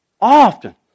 often